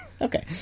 okay